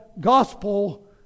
gospel